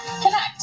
connect